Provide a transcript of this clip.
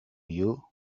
you